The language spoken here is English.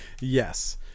yes